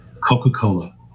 Coca-Cola